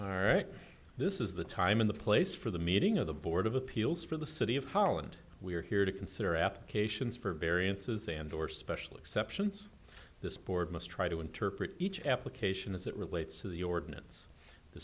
all right this is the time in the place for the meeting of the board of appeals for the city of holland we are here to consider applications for variances and or special exceptions this board must try to interpret each application as it relates to the ordinance th